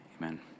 Amen